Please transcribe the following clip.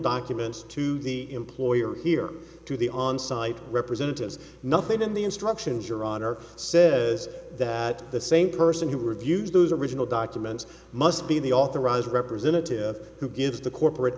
documents to the employer here to the on site representatives nothing in the instructions your honor says that the same person who were of use those original documents must be the authorized representative who gives the corporate